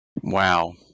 Wow